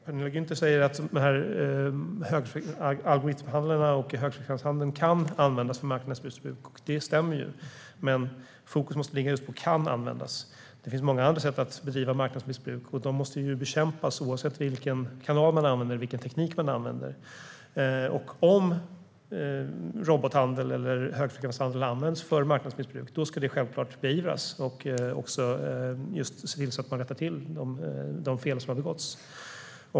Penilla Gunther säger att algoritmhandeln och högfrekvenshandeln kan användas för marknadsmissbruk, och det stämmer, men fokus måste ligga på att det kan användas. Det finns många andra sätt att bedriva marknadsmissbruk, och de måste bekämpas oavsett vilken kanal och vilken teknik man använder. Om robothandel eller högfrekvenshandel används för marknadsmissbruk ska det självklart beivras och rättas till.